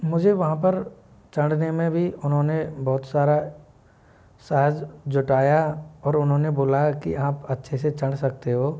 मुझे वहाँ पर चढ़ने में भी उन्होंने बहुत सारा सहज जताया और उन्होंने बुलाया कि आप अच्छे से चढ़ सकते हो